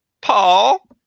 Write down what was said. paul